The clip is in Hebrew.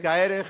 כערך